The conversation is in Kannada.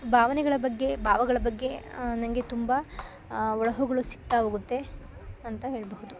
ಭಾವನೆಗಳ ಬಗ್ಗೆ ಭಾವಗಳ್ ಬಗ್ಗೆ ನಂಗೆ ತುಂಬ ಹೊಳಹುಗಳು ಸಿಗ್ತಾಹೋಗುತ್ತೆ ಅಂತ ಹೇಳಬಹುದು